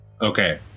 Okay